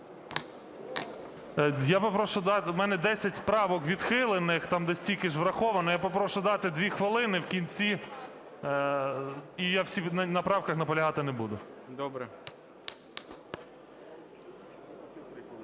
Я попрошу, в мене 10 правок відхилених, там десь стільки ж враховано, я попрошу дати 2 хвилини в кінці і я на правках наполягати не буду.